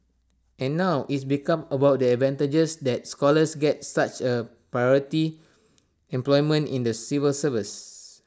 and now it's become about the advantages that scholars get such as A priority employment in the civil service